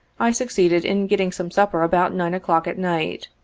i succeeded in getting some supper about nine o'clock at night.